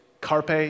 carpe